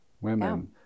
women